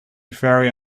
very